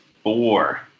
Four